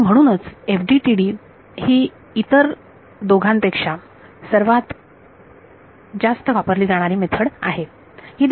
तर म्हणूनच FDTD ही इतर दोघांपेक्षा सर्वात जास्त वापरली जाणारी मेथड आहे